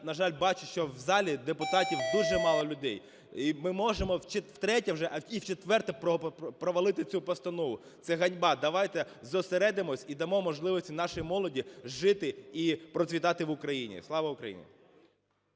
на жаль, бачу, що в залі депутатів дуже мало людей, ми можемо втретє вже і вчетверте провалити цю постанову. Це ганьба. Давайте зосередимось і дамо можливості нашій молоді жити і процвітати в Україні. Слава Україні!